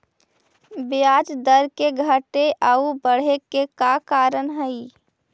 ब्याज दर के घटे आउ बढ़े के का कारण हई?